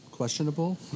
questionable